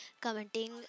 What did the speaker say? commenting